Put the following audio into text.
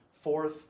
Fourth